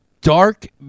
dark